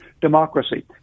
democracy